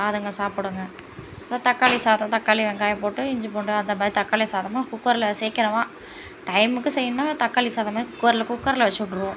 அதுங்க சாப்பிடுங்க அப்புறம் தக்காளி சாதம் தக்காளி வெங்காயம் போட்டு இஞ்சி பூண்டு அந்தமாதிரி தக்காளி சாதமும் குக்கரில் சீக்கரமாக டைமுக்கு செய்யணுன்னால் தக்காளி சாதமே குக்கரில் குக்கரில் வச்சு விட்ருவோம்